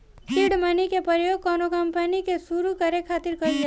seed money के प्रयोग कौनो कंपनी के सुरु करे खातिर कईल जाला